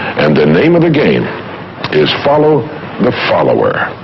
and the name of the game is follow the follower.